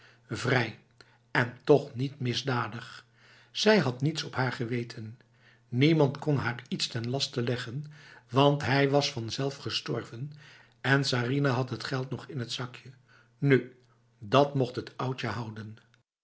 vrij en toch niet misdadig zij had niets op haar geweten niemand kon haar iets ten laste leggen want hij was vanzelf gestorven en sarinah had het geld nog in het zakje nu dat mocht het oudje houden